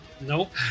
nope